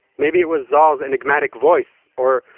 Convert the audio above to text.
maybe it was zohar's enigmatic voice. or,